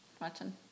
watching